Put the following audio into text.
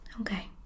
Okay